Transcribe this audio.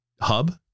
hub